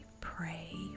pray